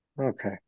Okay